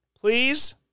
please